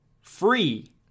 free